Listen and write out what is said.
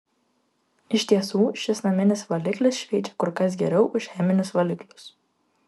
iš tiesų šis naminis valiklis šveičia kur kas geriau už cheminius valiklius